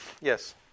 Yes